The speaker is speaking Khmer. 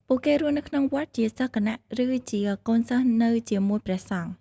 ពួកគេរស់នៅក្នុងវត្តជាសិស្សគណឬជាកូនសិស្សនៅជាមួយព្រះសង្ឃ។